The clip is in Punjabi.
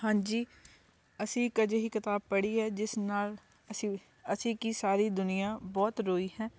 ਹਾਂਜੀ ਅਸੀਂ ਇੱਕ ਅਜਿਹੀ ਕਿਤਾਬ ਪੜ੍ਹੀ ਹੈ ਜਿਸ ਨਾਲ ਅਸੀਂ ਅਸੀਂ ਕੀ ਸਾਰੀ ਦੁਨੀਆ ਬਹੁਤ ਰੋਈ ਹੈ